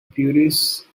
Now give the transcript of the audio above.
puris